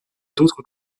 d’autres